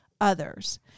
others